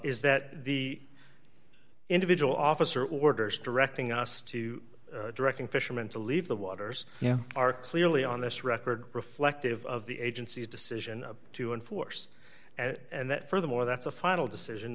is that the individual officer orders directing us to directing fishermen to leave the waters you are clearly on this record reflective of the agency's decision to enforce and that furthermore that's a final decision